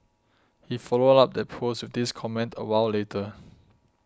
he followed up that post with this comment a while later